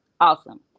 awesome